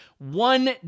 One